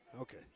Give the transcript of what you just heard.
Okay